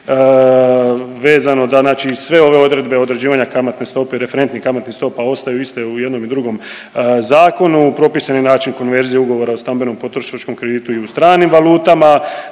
vezano da znači sve ove odredbe određivanja kamatne stope, referentnih kamatnih stopa ostaju iste u jednom i drugom zakonu, propisan je način konverzije ugovora o stambenom potrošačkom kreditu i u stranim valutama,